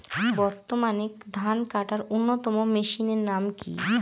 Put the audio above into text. বর্তমানে ধান কাটার অন্যতম মেশিনের নাম কি?